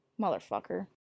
Motherfucker